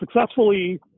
successfully